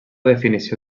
definició